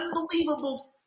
unbelievable